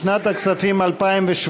לשנת כספים 2017,